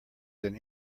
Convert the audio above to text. than